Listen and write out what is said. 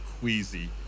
queasy